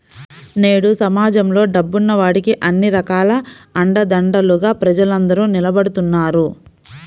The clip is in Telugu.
నేడు సమాజంలో డబ్బున్న వాడికే అన్ని రకాల అండదండలుగా ప్రజలందరూ నిలబడుతున్నారు